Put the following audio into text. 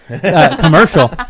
commercial